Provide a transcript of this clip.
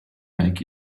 make